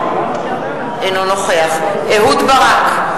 אינו נוכח דניאל בן-סימון, אינו נוכח אהוד ברק,